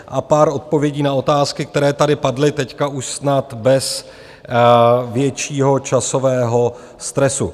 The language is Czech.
A pár odpovědí na otázky, které tady padly, teď už snad bez většího časového stresu.